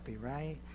right